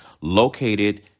located